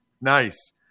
Nice